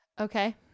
Okay